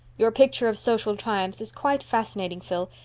your picture of social triumphs is quite fascinating, phil,